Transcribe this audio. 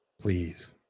Please